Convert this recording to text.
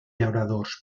llauradors